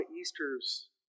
Easter's